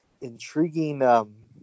Intriguing